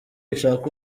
ishaka